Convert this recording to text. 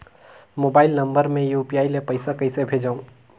Mobile number मे UPI ले पइसा कइसे भेजवं?